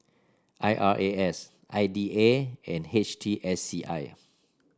I R A S I D A and H T S C I